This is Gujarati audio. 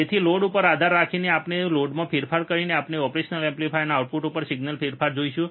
તેથી લોડ પર આધાર રાખીને જો આપણે લોડમાં ફેરફાર કરીએ તો આપણે ઓપરેશનલ એમ્પ્લીફાયરના આઉટપુટ પર સિગ્નલમાં ફેરફાર જોશું